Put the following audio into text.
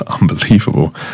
unbelievable